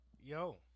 yo